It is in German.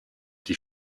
die